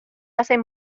hacen